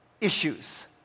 issues